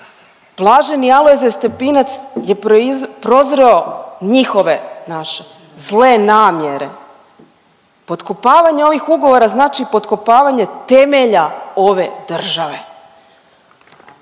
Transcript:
Blaženi Alojzije Stepinac je prozreo njihove, naše, zle namjere. Potkopavanje ovih ugovora znači potkopavanje temelja ove države.